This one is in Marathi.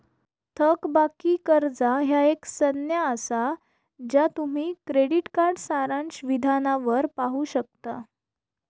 थकबाकी कर्जा ह्या एक संज्ञा असा ज्या तुम्ही क्रेडिट कार्ड सारांश विधानावर पाहू शकता